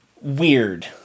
weird